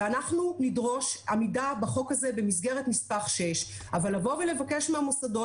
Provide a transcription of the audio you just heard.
ואנחנו נדרוש עמידה בחוק הזה במסגרת נספח 6. אבל לבוא ולבקש מהמוסדות,